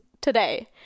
today